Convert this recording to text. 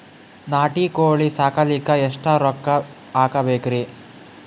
ನಾಟಿ ಕೋಳೀ ಸಾಕಲಿಕ್ಕಿ ಎಷ್ಟ ರೊಕ್ಕ ಹಾಕಬೇಕ್ರಿ?